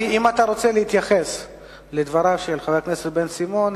אם אתה רוצה להתייחס לדבריו של חבר הכנסת בן-סימון,